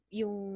yung